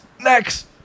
Next